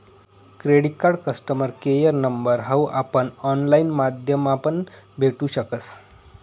credit card customer care number हाऊ आपण online माध्यमापण भेटू शकस